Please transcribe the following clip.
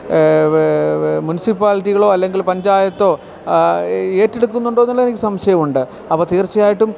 മുനിസിപ്പാലിറ്റികളോ അല്ലെങ്കിൽ പഞ്ചായത്തോ ഏറ്റെടുക്കുന്നുണ്ടോ എന്നുള്ളതെനിക്ക് സംശയമുണ്ട് അപ്പോൾ തീർച്ചയായിട്ടും